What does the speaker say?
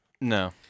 No